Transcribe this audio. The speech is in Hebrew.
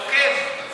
רוחי אל עזה.